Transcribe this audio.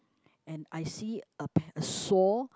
and I see a pair a saw